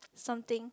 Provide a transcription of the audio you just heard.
something